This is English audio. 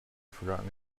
forgotten